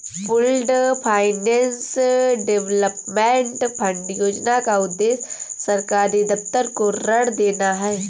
pooled finance development fund योजना का उद्देश्य सरकारी दफ्तर को ऋण देना है